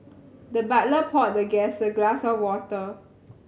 the butler poured the guest a glass of water